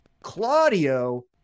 Claudio